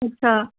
अच्छा